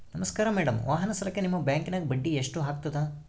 ನಮಸ್ಕಾರ ಮೇಡಂ ವಾಹನ ಸಾಲಕ್ಕೆ ನಿಮ್ಮ ಬ್ಯಾಂಕಿನ್ಯಾಗ ಬಡ್ಡಿ ಎಷ್ಟು ಆಗ್ತದ?